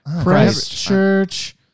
Christchurch